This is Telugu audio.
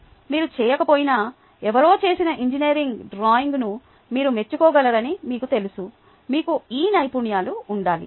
మీరు చేయకపోయినా ఎవరో చేసిన ఇంజనీరింగ్ డ్రాయింగ్ను మీరు మెచ్చుకోగలరని మీకు తెలుసు మీకు ఈ నైపుణ్యాలు ఉండాలి